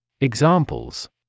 Examples